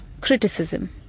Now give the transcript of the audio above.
Criticism